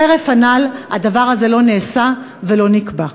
חרף הנ"ל, הדבר הזה לא נעשה ולא נקבע.